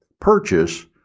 purchase